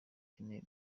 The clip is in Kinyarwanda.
ikeneye